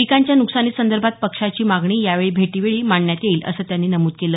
पीकांच्या नुकसानीसंदर्भात पक्षांची मागणी या भेटीवेळी मांडण्यात येईल असं त्यांनी नमुद केलं